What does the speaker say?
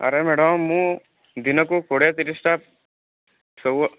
ଆରେ ମ୍ୟାଡ଼ାମ୍ ମୁଁ ଦିନକୁ କୋଡ଼ିଏ ତିରିଶଟା ସବୁ